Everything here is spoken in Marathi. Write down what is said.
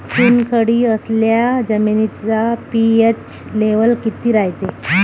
चुनखडी असलेल्या जमिनीचा पी.एच लेव्हल किती रायते?